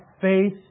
faith